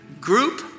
group